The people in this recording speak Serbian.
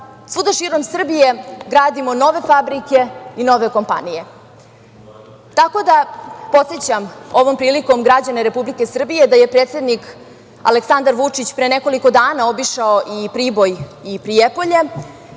svuda širom Srbije gradimo nove fabrike i nove kompanije. Podsećam ovom prilikom građane Republike Srbije da je predsednik Aleksandar Vučić pre nekoliko dana obišao i Priboj i Prijepolje